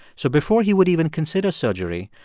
so before he would even consider surgery,